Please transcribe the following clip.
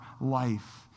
life